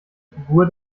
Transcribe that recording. figur